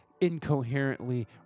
incoherently